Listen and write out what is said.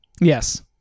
yes